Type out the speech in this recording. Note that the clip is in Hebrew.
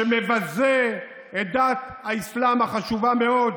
שמבזה את דת האסלאם, החשובה מאוד,